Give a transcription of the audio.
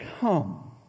Come